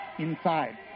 Inside